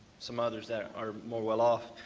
some others that are more well off.